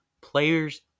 Players